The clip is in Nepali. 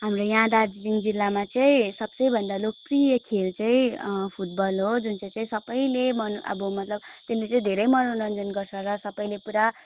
हाम्रो यहाँ दार्जिलिङ जिल्लामा चाहिँ सबसे भन्दा लोकप्रिय खेल चाहिँ फुटबल हो जुन चाहिँ चाहिँ सबैले मन अब मतलब त्यसले चाहिँ धेरै मनोरञ्जन गर्छ र सबैले पुरा